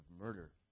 murder